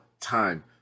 time